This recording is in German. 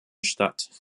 statt